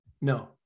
no